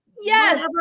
yes